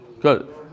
Good